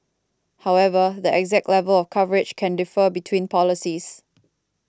however the exact level of coverage can differ between policies